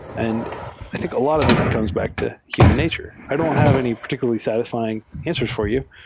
and i think a lot of it comes back to human nature. i don't have any particularly satisfying answers for you.